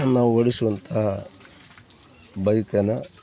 ನಾವು ಓಡಿಸುವಂತಹ ಬೈಕನ್ನು